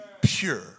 pure